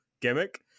gimmick